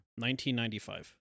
1995